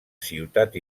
ciutat